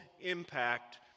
impact